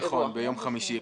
נכון, ביום חמישי.